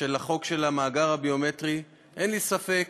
של החוק של המאגר הביומטרי, אין לי ספק